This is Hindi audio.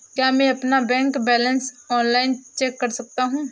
क्या मैं अपना बैंक बैलेंस ऑनलाइन चेक कर सकता हूँ?